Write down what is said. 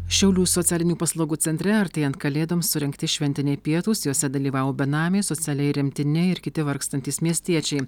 šiaulių socialinių paslaugų centre artėjant kalėdoms surengti šventiniai pietūs juose dalyvavo benamiai socialiai remtini ir kiti vargstantys miestiečiai